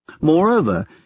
Moreover